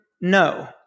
no